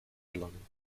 gelangen